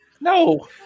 No